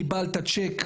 קיבלת צ'ק,